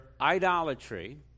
idolatry